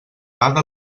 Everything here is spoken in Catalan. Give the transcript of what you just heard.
vaga